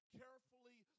carefully